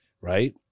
Right